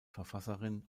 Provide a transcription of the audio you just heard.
verfasserin